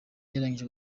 yarangije